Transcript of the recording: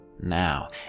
Now